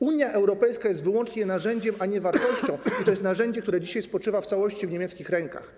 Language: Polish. Unia Europejska jest wyłącznie narzędziem, a nie wartością, i to jest narzędzie, które dzisiaj spoczywa w całości w niemieckich rękach.